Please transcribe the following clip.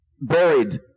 buried